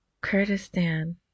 Kurdistan